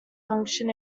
function